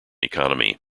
economy